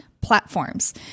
platforms